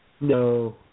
No